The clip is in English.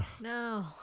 No